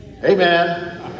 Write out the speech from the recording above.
Amen